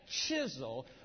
chisel